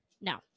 No